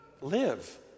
live